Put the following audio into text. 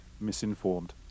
misinformed